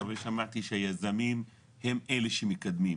כי הרי שמעתי שהיזמים הם אלה שמקדמים.